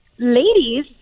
Ladies